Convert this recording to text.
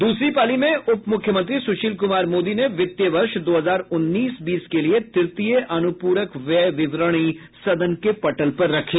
दूसरी पाली में उप मुख्यमंत्री सुशील कुमार मोदी ने वित्त वर्ष दो हजार उन्नीस बीस के लिये तृतीय अनुपूरक व्यय विवरणी सदन के पटल पर रखी